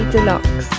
Deluxe